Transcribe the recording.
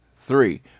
three